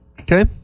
Okay